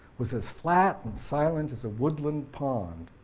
was as flat and silent as a woodland pond.